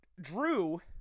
Drew